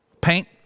paint